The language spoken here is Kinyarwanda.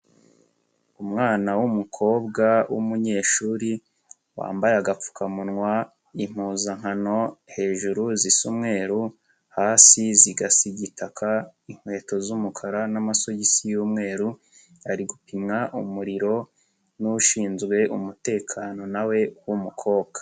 Umwana w'umukobwa w'umunyeshuri, wambaye agapfukamunwa, impuzankano hejuru zisa umweruru, hasi zigasa igitaka, inkweto z'umukara n'amasogisi y'umweru, ari gupimwa umuriro n'ushinzwe umutekano na we w'umukobwa.